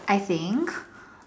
I think